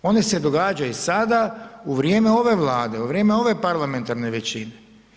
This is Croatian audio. One se događaju sada, u vrijeme ove Vlade, u vrijeme ove parlamentarne većine.